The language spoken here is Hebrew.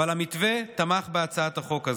אבל המתווה תמך בהצעת החוק הזו.